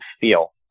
feel